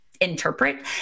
interpret